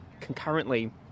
concurrently